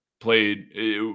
played